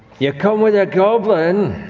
you come with a goblin?